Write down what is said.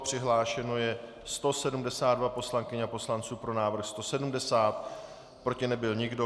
Přihlášeno je 172 poslankyň a poslanců, pro návrh 170, proti nebyl nikdo.